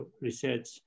research